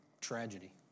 tragedy